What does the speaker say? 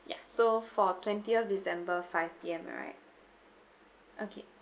ya so for twentieth december five P_M am I right okay